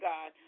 God